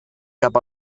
cap